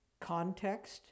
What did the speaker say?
context